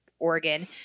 Oregon